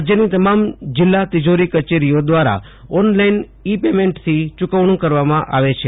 રાજ્યની તમામ જિલ્લા તિજોરી કચેરીઓ દ્વારા ઓનલાઇન ઇ પેમેન્ટથી ચુકવણું કરવામાં આવે છે